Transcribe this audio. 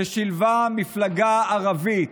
ששילבה מפלגה ערבית,